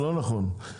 לא נכון,